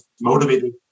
motivated